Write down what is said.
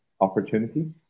opportunity